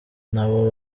nabo